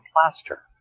plaster